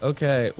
Okay